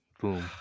boom